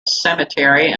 cemetery